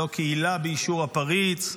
לא קהילה באישור הפריץ,